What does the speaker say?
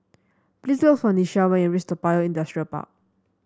please look for Nichelle when you reach Toa Payoh Industrial Park